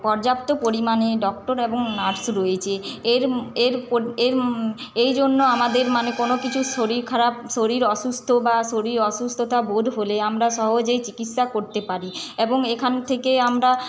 পর্যাপ্ত পরিমাণে ডক্টর এবং নার্স রয়েছে এর এর এর এই জন্য আমাদের মানে কোন কিছু শরীর খারাপ শরীর অসুস্থ বা শরীর অসুস্থতা বোধ হলে আমরা সহজেই চিকিৎসা করতে পারি এবং এখান থেকেই আমরা